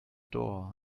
door